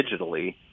digitally